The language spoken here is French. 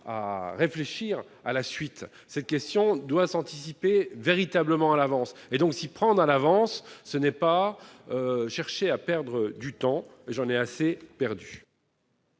à réfléchir à la suite, cette question doit s'anticiper véritablement à l'avance et donc s'y prendre à l'avance, ce n'est pas chercher à perdre du temps, j'en ai assez perdu.